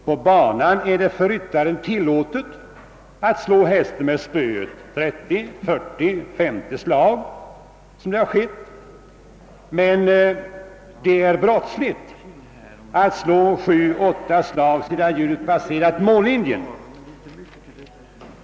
På banan är det för ryttaren tillåtet att med spöet ge hästen 30, 40 eller 50 slag, som det har skett, men det är brottsligt att ge 7—8 slag sedan djuret passerat mållinjen.